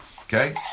okay